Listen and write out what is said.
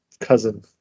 cousin